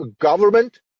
government